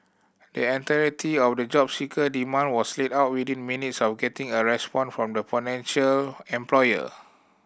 the entirety of the job seeker demand was laid out within minutes of getting a response from the potential employer